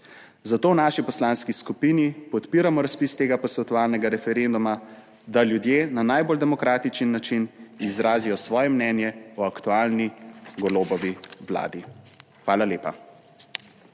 Zato v naši poslanski skupini podpiramo razpis tega posvetovalnega referenduma, da ljudje na najbolj demokratičen način izrazijo svoje mnenje o aktualni Golobovi vladi. Hvala lepa.